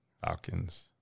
Falcons